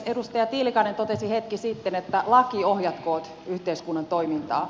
edustaja tiilikainen totesi hetki sitten että laki ohjatkoon yhteiskunnan toimintaa